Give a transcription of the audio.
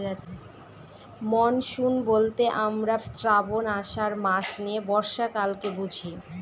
monsoon বলতে আমরা শ্রাবন, আষাঢ় মাস নিয়ে বর্ষাকালকে বুঝি